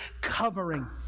covering